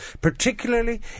particularly